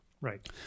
right